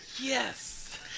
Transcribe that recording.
Yes